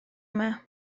yma